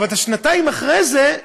אבל את השנתיים אחרי זה,